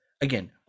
again